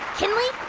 kinley,